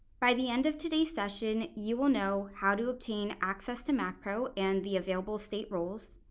by the end of today's session, you will know how to obtain access to macpro and the available state roles,